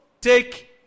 take